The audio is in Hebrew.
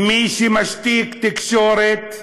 מי שמשתיק תקשורת,